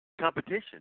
competition